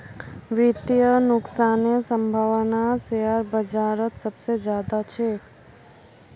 वित्तीय नुकसानेर सम्भावना शेयर बाजारत सबसे ज्यादा ह छेक